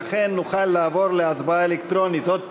ולכן נוכל לעבור להצבעה אלקטרונית עוד הפעם.